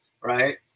right